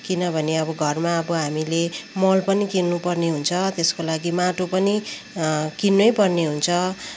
किनभने अब घरमा अब हामीले मल पनि किन्नु पर्ने हुन्छ त्यसको लागि माटो पनि किन्नै पर्ने हुन्छ र